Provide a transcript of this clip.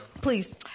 Please